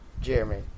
Jeremy